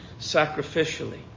sacrificially